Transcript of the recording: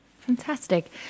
Fantastic